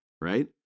right